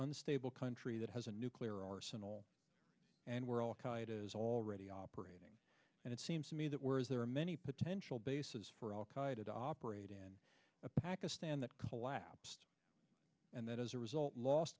unstable country that has a nuclear arsenal and we're all qaeda is already operating and it seems to me that whereas there are many potential bases for al qaeda to operate in pakistan that collapsed and that as a result lost